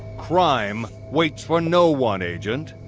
crime waits for no one, agent,